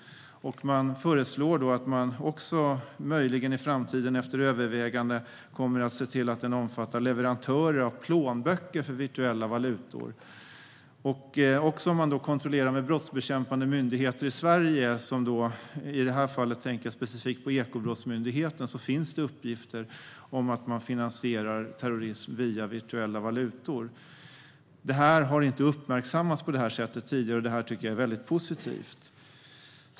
Man föreslår att man i framtiden efter övervägande möjligen kommer att se till att den omfattar leverantörer av plånböcker för virtuella valutor. Även hos brottsbekämpande myndigheter i Sverige - i det här fallet tänker jag specifikt på Ekobrottsmyndigheten - finns det uppgifter om att terrorism finansieras via virtuella valutor. Det har inte uppmärksammats på det här sättet tidigare. Att det nu sker tycker jag är väldigt positivt.